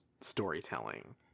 storytelling